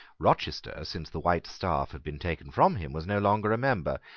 rochester, since the white staff had been taken from him, was no longer a member.